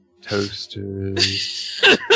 toasters